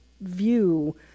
view